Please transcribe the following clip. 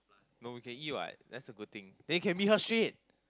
no we can eat what that's the good thing then we can meet her straight